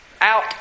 Out